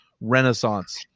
renaissance